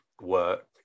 work